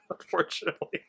unfortunately